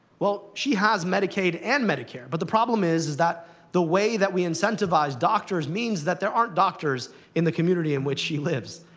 well, she has medicaid and medicare, but the problem is is that the way that we incentivize doctors means that there aren't doctors in the community in which she lives.